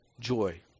joy